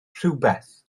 rhywbeth